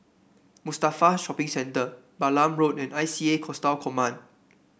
Mustafa Shopping Centre Balam Road and I C A Coastal Command